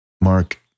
Mark